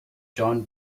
john